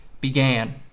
began